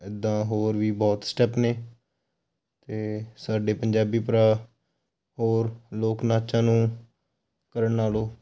ਇੱਦਾਂ ਹੋਰ ਵੀ ਬਹੁਤ ਸਟੈਪ ਨੇ ਅਤੇ ਸਾਡੇ ਪੰਜਾਬੀ ਭਰਾ ਹੋਰ ਲੋਕ ਨਾਚਾਂ ਨੂੰ ਕਰਨ ਨਾਲੋਂ